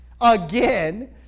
again